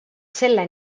selle